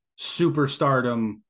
superstardom